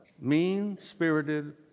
mean-spirited